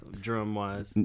drum-wise